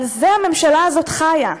על זה הממשלה הזאת חיה.